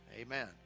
amen